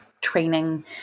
training